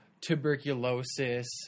tuberculosis